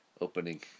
Opening